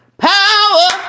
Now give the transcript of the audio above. power